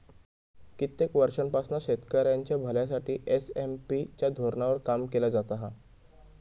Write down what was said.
कित्येक वर्षांपासना शेतकऱ्यांच्या भल्यासाठी एस.एम.पी च्या धोरणावर काम केला जाता हा